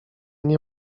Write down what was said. nie